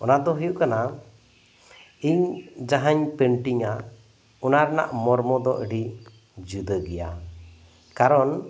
ᱚᱱᱟ ᱫᱚ ᱦᱩᱭᱩᱜ ᱠᱟᱱᱟ ᱤᱧ ᱡᱟᱦᱟᱸᱧ ᱯᱮᱱᱴᱤᱝᱟ ᱚᱱᱟ ᱨᱮᱱᱟᱜ ᱢᱚᱨᱢᱚ ᱫᱚ ᱟᱹᱰᱤ ᱡᱩᱫᱟᱹ ᱜᱮᱭᱟ ᱠᱟᱨᱚᱱ